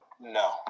No